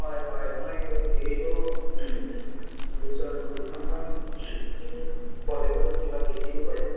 হয় হয় মই এইটো দুজন দুখনমান কলেজৰ কিবা দেখিলোঁ বাৰু